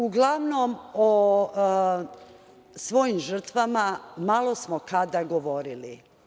Uglavnom o svojim žrtvama malo smo kada govorili.